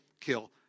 kill